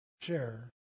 share